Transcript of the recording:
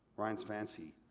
brian's fancy,